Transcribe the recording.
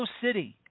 City